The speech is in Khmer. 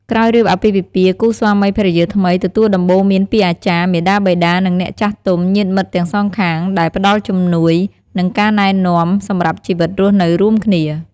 ក្រោយរៀបអាពាហ៍ពិពាហ៍គូស្វាមីភរិយាថ្មីទទួលដំបូន្មានពីអាចារ្យ មាតាបិតា និងអ្នកចាស់ទុំ ញាតិមិត្តទាំងសងខាង ដែលផ្តល់ជំនួយ និងការណែ នាំសម្រាប់ជីវិតរស់នៅរួមគ្នា។